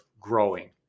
growing